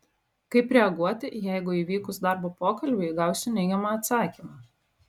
kaip reaguoti jeigu įvykus darbo pokalbiui gausiu neigiamą atsakymą